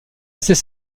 assez